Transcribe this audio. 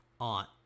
on